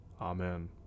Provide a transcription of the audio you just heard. Amen